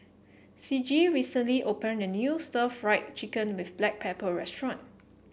Ciji recently opened a new Stir Fried Chicken with Black Pepper restaurant